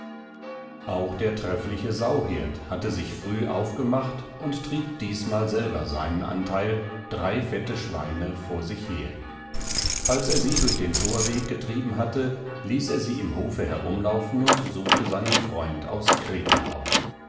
auch der treffliche sauhirt hatte sich früh aufgemacht und trieb diesmal selber seinen anteil drei fette schweine vor sich her als er sie durch den thorweg getrieben hatte ließ er sie im hofe herumlaufen und suchte seinen freund aus kreta auf